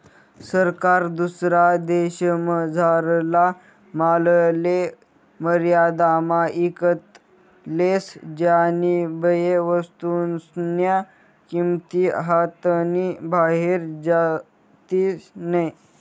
सरकार दुसरा देशमझारला मालले मर्यादामा ईकत लेस ज्यानीबये वस्तूस्न्या किंमती हातनी बाहेर जातीस नैत